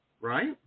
right